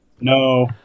No